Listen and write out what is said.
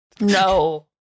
No